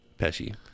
Pesci